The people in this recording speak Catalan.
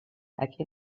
aquí